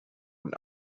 und